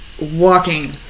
walking